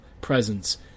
presence